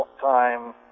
time